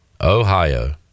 ohio